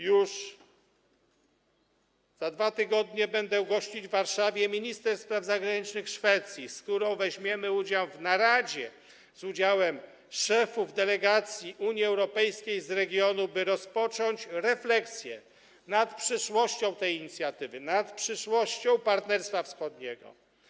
Już za 2 tygodnie będę gościć w Warszawie minister spraw zagranicznych Szwecji, z którą będziemy uczestniczyć w naradzie z udziałem szefów delegacji Unii Europejskiej z regionu, by rozpocząć refleksję nad przyszłością tej inicjatywy, Partnerstwa Wschodniego.